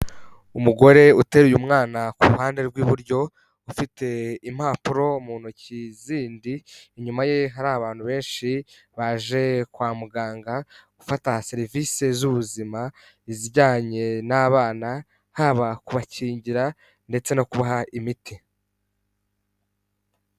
Umugore uteruye umwana ku ruhande rw'iburyo, ufite impapuro mu ntoki zindi, inyuma ye hari abantu benshi baje kwa muganga gufata serivisi z'ubuzima, izijyanye n'abana haba kubakingira ndetse no kubaha imiti.